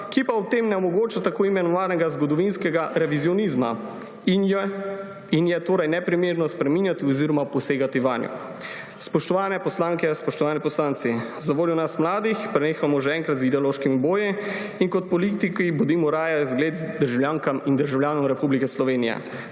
ki pa ob tem ne omogoča tako imenovanega zgodovinskega revizionizma in jo je torej neprimerno spreminjati oziroma posegati vanjo. Spoštovane poslanke, spoštovani poslanci, zavoljo nas mladih prenehajmo že enkrat z ideološkimi boji in kot politiki bodimo raje vzgled državljankam in državljanom Republike Slovenije